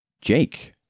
Jake